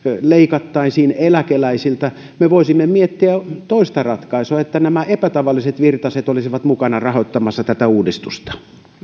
leikattaisiin eläkeläisiltä me voisimme miettiä toista ratkaisua että nämä epätavalliset virtaset olisivat mukana rahoittamassa tätä uudistusta